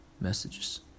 messages